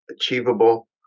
achievable